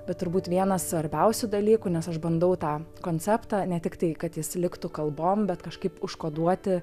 bet turbūt vienas svarbiausių dalykų nes aš bandau tą konceptą ne tiktai kad jis liktų kalbom bet kažkaip užkoduoti